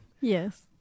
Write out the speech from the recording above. Yes